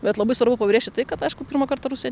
bet labai svarbu pabrėžti tai kad aišku pirmą kartą rusija